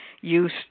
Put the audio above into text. use